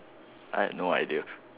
I had no idea